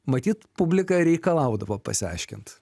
matyt publika reikalaudavo pasiaiškint